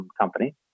Company